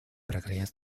прогресс